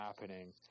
happening